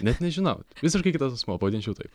net nežinau visiškai kitas asmuo pavadinčiau taip